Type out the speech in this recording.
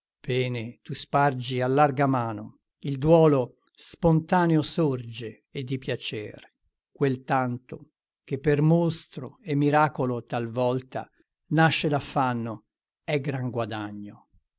pene tu spargi a larga mano il duolo spontaneo sorge e di piacer quel tanto che per mostro e miracolo talvolta nasce d'affanno è gran guadagno